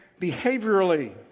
behaviorally